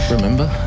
Remember